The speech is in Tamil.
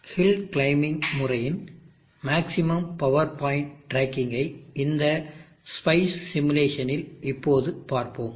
ஹில் கிளைம்பிங் முறையின் மேக்ஸிமம் பவர்பாயின்ட் ட்ராக்கிங்கை இந்த ஸ்பைஸ் சிமுலேஷனில் இப்போது பார்ப்போம்